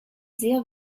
sehr